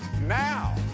Now